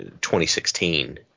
2016